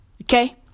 okay